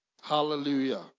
Hallelujah